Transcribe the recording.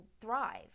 thrive